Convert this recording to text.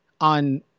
on